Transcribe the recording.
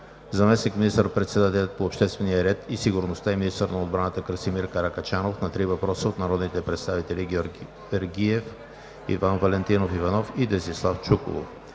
заместник министър-председателят по обществения ред и сигурността и министър на отбраната Красимир Каракачанов – на три въпроса от народните представители Георги Вергиев; Иван Валентинов Иванов; и Десислав Чуколов;